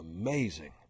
Amazing